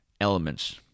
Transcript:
elements